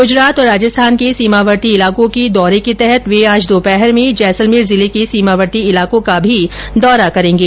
गूजरात और राजस्थान के सीमावर्ती इलाकों के दौरे के तहत वे आज दोपहर में जैसलमेर जिले के सीमावर्ती इलाकों का भी दौरा करेंगे